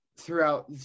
throughout